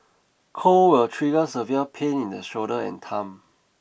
cold will trigger severe pain in the shoulder and thumb